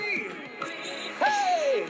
Hey